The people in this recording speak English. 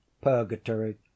Purgatory